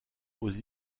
aux